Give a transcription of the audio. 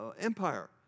Empire